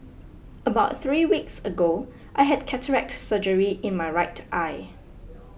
about three weeks ago I had cataract surgery in my right eye